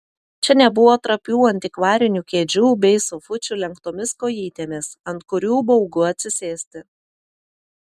čia nebuvo trapių antikvarinių kėdžių bei sofučių lenktomis kojytėmis ant kurių baugu atsisėsti